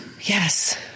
Yes